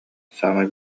саамай